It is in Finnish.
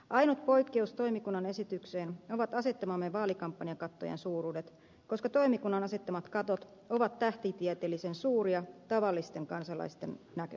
ainut poikkeus toimikunnan esitykseen ovat asettamamme vaalikampanjakattojen suuruudet koska toimikunnan asettamat katot ovat tähtitieteellisen suuria tavallisten kansalaisten näkökulmasta